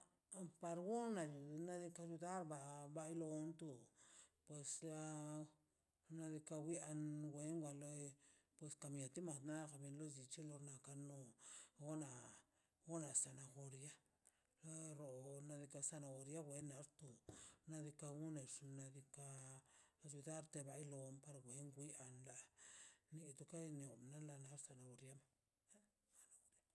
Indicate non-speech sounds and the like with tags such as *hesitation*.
Par gonan nadika barban ai loi tu pues ia xnaꞌ diikaꞌ wwia wen wa loi pos ka mieti majna de lux chlli na ka no onan onan zanahoria o rroo deska zanahoria wenax to nadika onex nadika zegarte wai loi para wen didia netoꞌ kara *unintelligible* *noise* *hesitation*